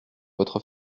votre